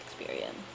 experience